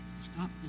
Stop